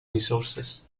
resources